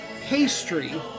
pastry